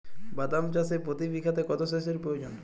বাদাম চাষে প্রতি বিঘাতে কত সেচের প্রয়োজন?